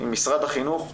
משרד החינוך,